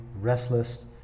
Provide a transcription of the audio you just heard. restless